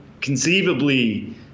conceivably